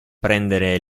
prendere